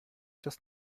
das